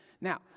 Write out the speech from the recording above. Now